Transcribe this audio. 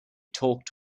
talked